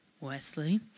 Wesley